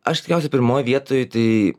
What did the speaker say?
aš tikriausiai pirmoj vietoj tai